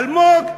אלמוג.